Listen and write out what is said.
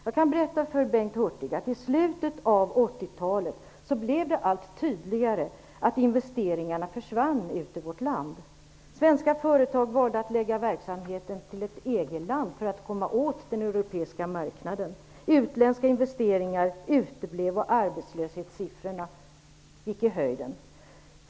Jag kan berätta för Bengt Hurtig att det i slutet av 80-talet blev allt tydligare att investeringarna försvann ut ur vårt land. Svenska företag valde att förlägga verksamheten till ett EG-land, för att komma åt den europeiska marknaden. Utländska investeringar uteblev, och arbetslöshetssiffrorna gick i höjden.